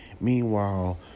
Meanwhile